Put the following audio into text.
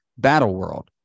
Battleworld